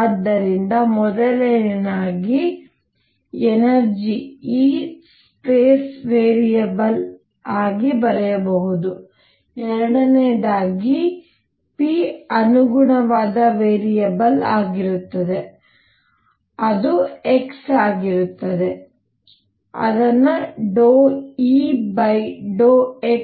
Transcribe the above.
ಆದ್ದರಿಂದ ಮೊದಲನೆಯದಾಗಿ energy E space variable ಆಗಿ ಬರೆಯಬಹುದು ಎರಡನೆಯದಾಗಿ p ಅನುಗುಣವಾದ ವೇರಿಯೇಬಲ್ ಆಗಿರುತ್ತದೆ ಅದು X ಆಗಿರುತ್ತದೆ ಅದನ್ನು Eẋ